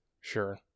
sure